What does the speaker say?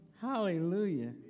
Hallelujah